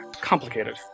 complicated